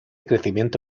crecimiento